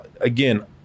again